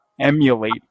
emulate